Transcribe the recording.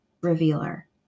revealer